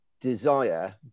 desire